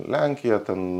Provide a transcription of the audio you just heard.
lenkija ten